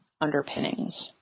underpinnings